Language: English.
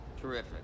Terrific